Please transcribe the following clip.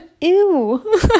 Ew